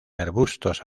arbustos